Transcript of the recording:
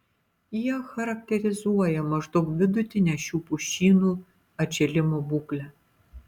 jie charakterizuoja maždaug vidutinę šių pušynų atžėlimo būklę